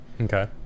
okay